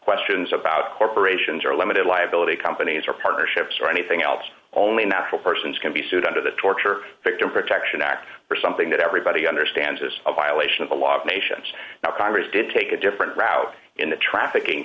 questions about corporations or limited liability companies or partnerships or anything else only natural persons can be sued under the torture victim protection act something that everybody understands is a violation of the law of nations now congress did take a different route in the trafficking